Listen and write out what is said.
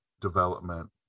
development